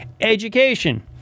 Education